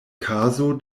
kazo